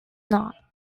not